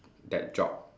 that job